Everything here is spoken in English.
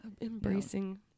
embracing